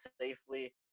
safely